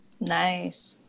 Nice